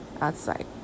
outside